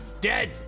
dead